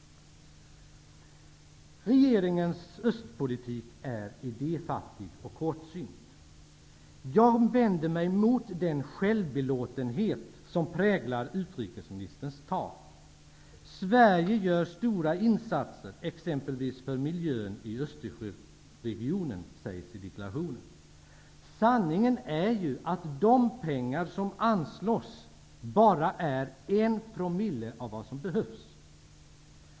Regeringens östpolitik är idéfattig och kortsynt. Jag vänder mig mot den självbelåtenhet som präglar utrikesministerns tal. Sverige gör stora insatser exempelvis för miljön i Östersjöregionen. Sanningen är ju att de pengar som anslås bara är en promille av vad som behövs.